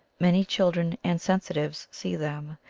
many children and sensitives see them,